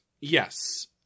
Yes